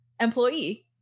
employee